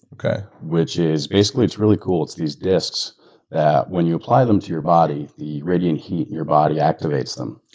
okay. which is, basically it's really cool. it's these discs that when you apply them to your body, the radiant heat your body activates them,